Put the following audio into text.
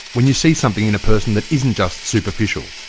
when you see something in a person that isn't just superficial,